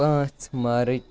پانٛژھ مارٕچ